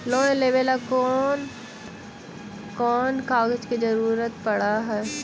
Loan लेबे ल कैन कौन कागज के जरुरत पड़ है?